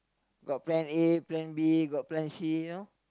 got plan A plan B got plan C you know